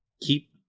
keep